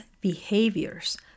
behaviors